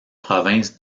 provinces